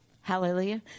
Hallelujah